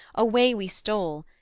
away we stole,